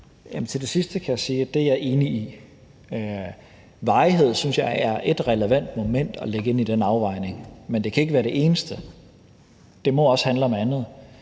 Til det sidste kan jeg sige, at det er jeg enig i. Varighed synes jeg er et relevant moment at lægge ind i den afvejning, men det kan ikke være det eneste. Det må også handle om andet,